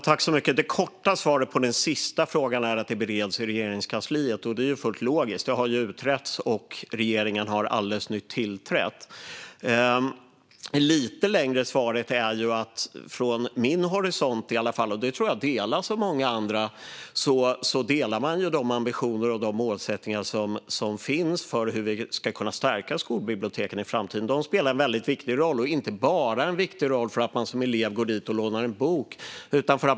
Herr talman! Det korta svaret på den sista frågan är att den bereds i Regeringskansliet. Det är fullt logiskt. Frågan har utretts, och regeringen har alldeles nyss tillträtt. Det lite längre svaret är att från min horisont - och den tror jag delas av många andra - delar man de ambitioner och mål som finns för hur vi ska stärka skolbiblioteken i framtiden. De spelar en viktig roll, inte bara för att en elev går dit och lånar en bok.